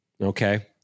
okay